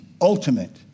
ultimate